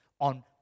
on